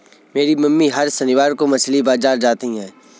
मेरी मम्मी हर शनिवार को मछली बाजार जाती है